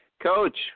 Coach